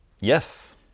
Yes